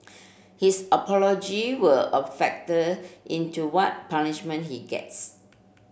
his apology will a factor in to what punishment he gets